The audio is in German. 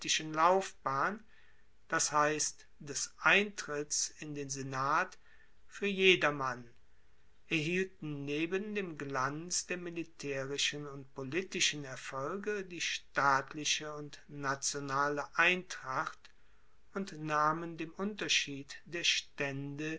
laufbahn das heisst des eintritts in den senat fuer jedermann erhielten neben dem glanz der militaerischen und politischen erfolge die staatliche und nationale eintracht und nahmen dem unterschied der staende